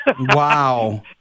wow